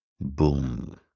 Boom